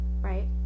Right